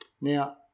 Now